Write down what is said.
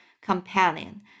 companion